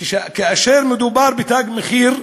כאשר מדובר ב"תג מחיר",